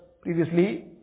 previously